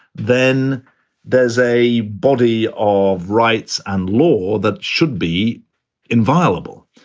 then there's a body of rights and law that should be inviolable.